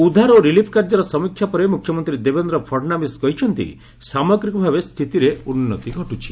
ଉଦ୍ଧାର ଓ ରିଲିଫ୍ କାର୍ଯ୍ୟର ସମୀକ୍ଷା ପରେ ମୁଖ୍ୟମନ୍ତ୍ରୀ ଦେବେନ୍ଦ୍ର ଫଡ୍ଣବିଶ କହିଛନ୍ତି ସାମଗ୍ରିକ ଭାବେ ସ୍ଥିତିରେ ଉନ୍ନତି ଘଟ୍ରଛି